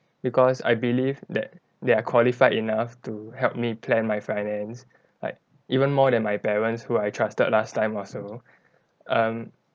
because I believe that they are qualified enough to help me plan my finance like even more than my parents who I trusted last time also um